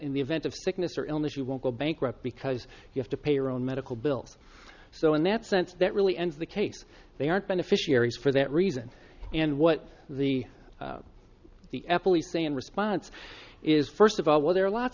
in the event of sickness or illness you won't go bankrupt because you have to pay your own medical bills so in that sense that really ends the case they aren't beneficiaries for that reason and what the the epilogues say in response is first of all well there are lots